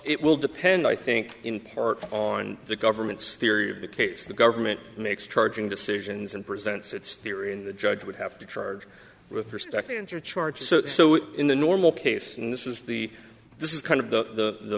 it will depend i think in part on the government's theory of the case the government makes charging decisions and presents its theory and the judge would have to charge with respect to enter charges so in the normal case and this is the this is kind of the